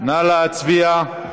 נא להצביע.